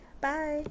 Bye